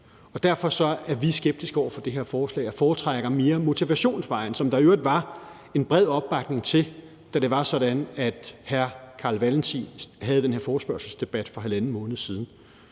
Derfor er vi skeptiske over for det her forslag og foretrækker mere motivationsvejen, som der i øvrigt var en bred opbakning til, da det var sådan, at hr. Carl Valentin havde den her forespørgselsdebat for halvanden måned siden.